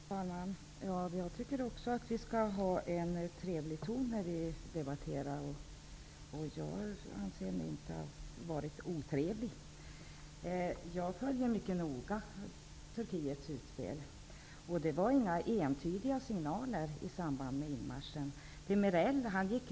Herr talman! Jag tycker också att vi skall ha en trevlig ton när vi debatterar, och jag anser mig inte ha varit otrevlig. Jag följer mycket noga Turkiets utspel, och signalerna i samband med inmarschen var inga entydiga sådana.